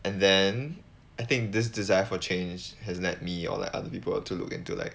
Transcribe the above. and then I think this desire for change has let me or like other people or to look into like